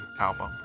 album